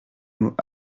mot